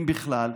אם בכלל,